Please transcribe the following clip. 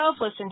Listen